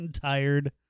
Tired